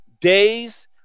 days